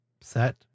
set